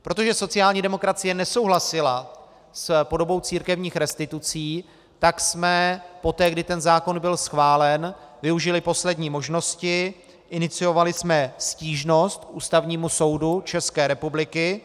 Protože sociální demokracie nesouhlasila s podobou církevních restitucí, tak jsme poté, kdy ten zákon byl schválen, využili poslední možnosti, iniciovali jsme stížnost k Ústavnímu soudu České republiky.